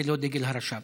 זה לא דגל הרש"פ.